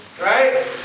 right